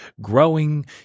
growing